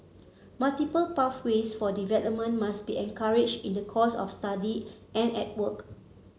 multiple pathways for development must be encouraged in the course of study and at work